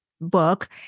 book